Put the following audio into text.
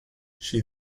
she